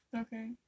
Okay